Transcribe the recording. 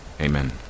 Amen